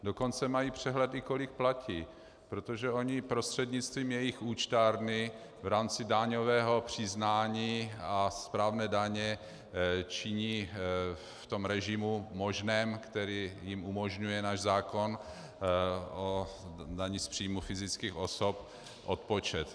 Dokonce mají přehled, i kolik platí, protože oni prostřednictvím jejich účtárny v rámci daňového přiznání a správné daně činí v tom režimu možném, který jim umožňuje náš zákon o dani z příjmu fyzických osob, odpočet.